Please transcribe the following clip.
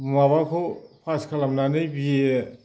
माबाखौ पास खालामनानै बि ए